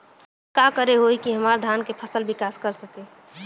का करे होई की हमार धान के फसल विकास कर सके?